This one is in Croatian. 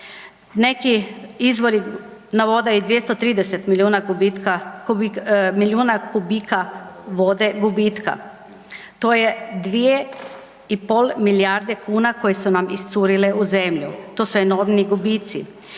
Neki izvori navode i 230 milijuna gubitka milijuna kubika vode gubitka. To je 2,5 milijarde kuna koje su nam iscurile u zemlju, to su enormni gubici.